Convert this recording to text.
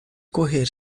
correr